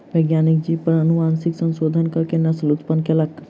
वैज्ञानिक जीव पर अनुवांशिक संशोधन कअ के नस्ल उत्पन्न कयलक